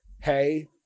Hey